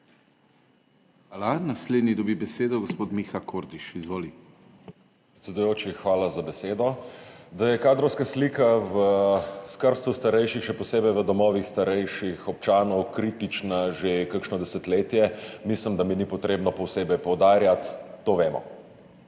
Hvala. Naslednji dobi besedo gospod Miha Kordiš. Izvoli. **MIHA KORDIŠ (PS Levica):** Predsedujoči, hvala za besedo. Da je kadrovska slika v skrbstvu starejših, še posebej v domovih starejših občanov, kritična že kakšno desetletje, mislim, da mi ni treba posebej poudarjati, to vemo.